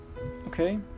Okay